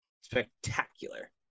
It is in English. spectacular